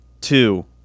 Two